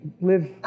live